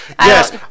Yes